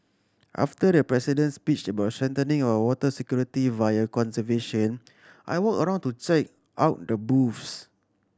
after the President's speech about strengthening our water security via conservation I walked around to check out the booth